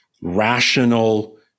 rational